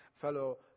fellow